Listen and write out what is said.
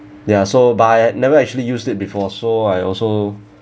ya so but I never actually use it before so I also